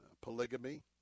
polygamy